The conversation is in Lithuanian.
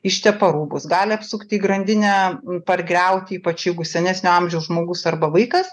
ištepa rūbus gali apsukti grandinę pargriauti ypač jeigu senesnio amžiaus žmogus arba vaikas